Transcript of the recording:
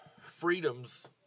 freedoms